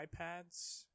iPads